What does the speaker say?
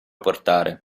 portare